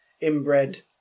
inbred